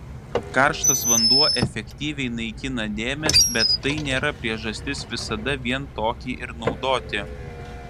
karštas vanduo efektyviai naikina dėmes bet tai nėra priežastis visada vien tokį ir naudoti